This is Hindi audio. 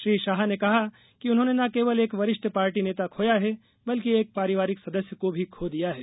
श्री शाह ने कहा कि उन्होंने न केवल एक वरिष्ठ पार्टी नेता खोया है बल्कि एक पारिवारिक सदस्य को भी खो दिया है